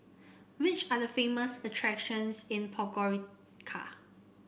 which are the famous attractions in Podgorica